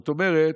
זאת אומרת,